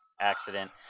accident